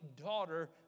daughter